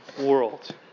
world